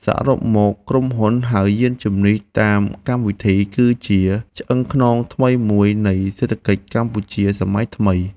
សរុបមក ក្រុមហ៊ុនហៅយានជំនិះតាមកម្មវិធី គឺជាឆ្អឹងខ្នងថ្មីមួយនៃសេដ្ឋកិច្ចកម្ពុជាសម័យថ្មី។